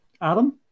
Adam